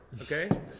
okay